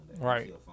Right